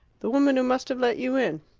the woman who must have let you in.